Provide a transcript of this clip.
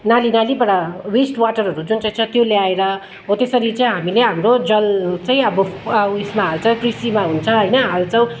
नाली नालीबाट वेस्ट वाटरहरू जुन चाहिँ छ त्यो ल्याएर हो त्यसरी चाहिँ हामीले हाम्रो जल चाहिँ अब उयोसमा हाल्छ कृषिमा हुन्छ होइन हाल्छौँ